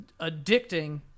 Addicting